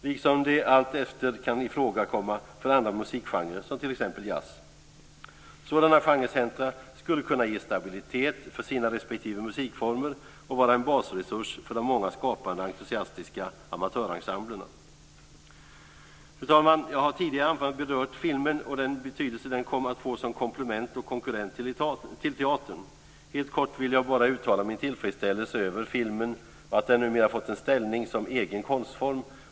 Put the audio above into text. Detsamma kan komma i fråga för andra musikgenrer, t.ex. jazz, allteftersom. Sådana genrecentrum skulle kunna ge stabilitet åt sina respektive musikformer och vara en basresurs för de många skapande, entusiastiska amatörensemblerna. Fru talman! Jag har tidigare i anförandet berört filmen och den betydelse den kom att få som komplement och konkurrent till teatern. Helt kort vill jag bara uttala min tillfredsställelse över filmen och över att den numera har fått en ställning som egen konstform.